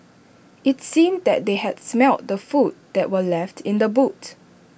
IT seemed that they had smelt the food that were left in the boot